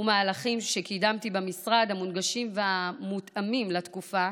ומהלכים שקידמתי במשרד המונגשים והמותאמים לתקופה